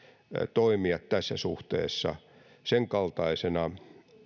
toimia tässä suhteessa senkaltaisena